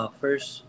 first